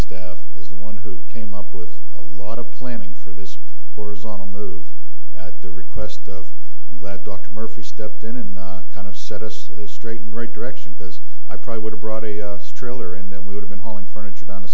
staff is the one who came up with a lot of planning for this horizontal move at the request of i'm glad dr murphy stepped in and kind of set us straight in the right direction because i probably would have brought a trailer and then we would have been hauling furniture down the